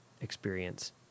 experience